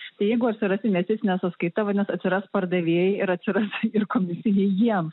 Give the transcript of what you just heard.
tai jeigu atsiras investicinė sąskaita vadinas atsiras pardavėjai ir atsiras ir komisiniai jiem